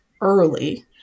early